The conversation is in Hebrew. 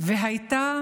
והייתה